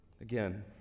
Again